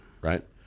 Right